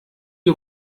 die